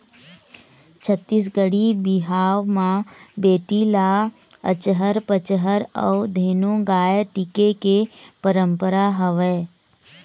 छत्तीसगढ़ी बिहाव म बेटी ल अचहर पचहर अउ धेनु गाय टिके के पंरपरा हवय